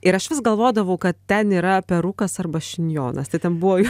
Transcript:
ir aš vis galvodavau kad ten yra perukas arba šinjonas tai ten buvo